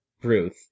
Ruth